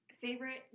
favorite